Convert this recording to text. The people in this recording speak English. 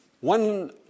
One